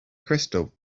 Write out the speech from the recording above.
crystal